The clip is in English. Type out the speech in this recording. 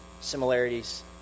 similarities